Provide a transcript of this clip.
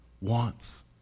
wants